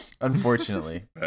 unfortunately